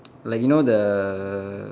like you know the